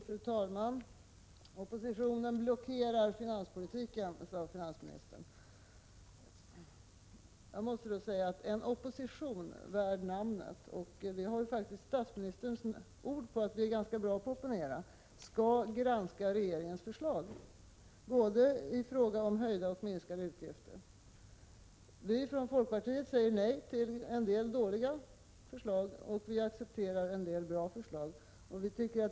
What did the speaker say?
Fru talman! Oppositionen blockerar finanspolitiken, sade finansministern. Jag måste då säga att en opposition värd namnet — och vi har statsministerns ord på att vi är ganska bra på att opponera — skall granska regeringens förslag i fråga om både höjda och minskade utgifter. Folkpartiet säger nej till en del dåliga förslag och accepterar en del bra förslag.